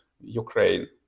Ukraine